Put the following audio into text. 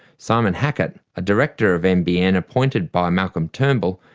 simon hackett, a director of nbn appointed by malcolm turnbull,